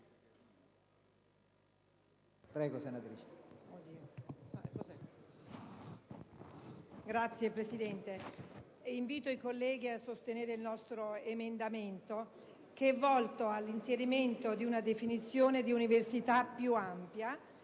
Signor Presidente, invito i colleghi a sostenere il nostro emendamento, volto all'inserimento di una definizione di università più ampia